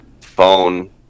phone